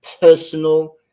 personal